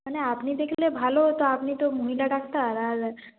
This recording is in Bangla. মানে আপনি দেখলে ভালো হতো আপনি তো মহিলা ডাক্তার আর